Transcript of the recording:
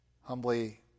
humbly